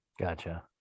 Gotcha